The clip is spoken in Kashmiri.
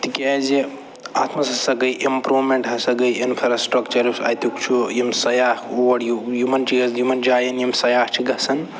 تِکیٛازِ اَتھ منٛز ہسا گٔے اِمپرٛوٗمٮ۪نٛٹ ہسا گٔے اِنٛفرٛاسِٹرٛکچَر یُس اَتیُک چھُ یِم سیاح اور یِوان چھِ یِمَن جایَن یِم سیاح چھِ گژھان